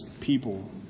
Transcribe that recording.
people